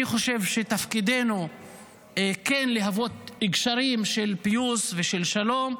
אני חושב שתפקידנו כן להוות גשרים של פיוס ושל שלום,